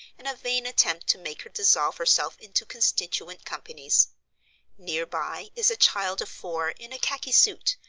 in a vain attempt to make her dissolve herself into constituent companies near by is a child of four, in a khaki suit,